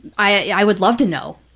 i would love to know.